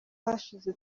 hashize